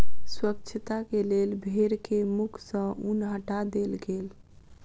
स्वच्छता के लेल भेड़ के मुख सॅ ऊन हटा देल गेल